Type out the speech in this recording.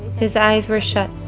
his eyes were shut.